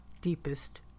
deepest